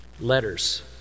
Letters